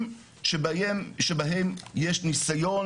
שהם חלק ממדינת ישראל,